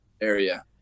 area